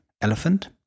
elephant